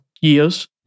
years